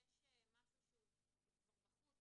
כי יש משהו שהוא כבר בחוץ,